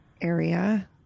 area